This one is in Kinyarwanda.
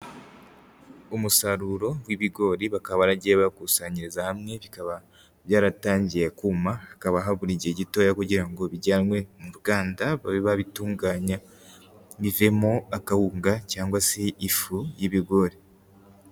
Umusaruro w'ibigori bakaba yaragiye bawukusanyiriza hamwe, bikaba byatangiye kuma hakaba, habura igihe gitoya kugira ngo bijyanwe mu ruganda babe babitunganya bivemo akawunga cyangwa se ifu y'ibigori.